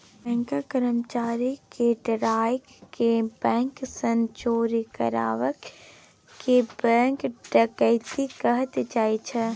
बैंकक कर्मचारी केँ डराए केँ बैंक सँ चोरी करब केँ बैंक डकैती कहल जाइ छै